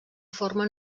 forma